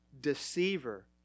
deceiver